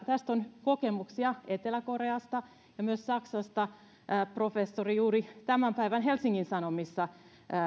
tästä on kokemuksia etelä koreasta ja myös saksasta professori juuri tämän päivän helsingin sanomissa